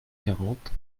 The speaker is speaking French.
quarante